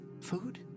food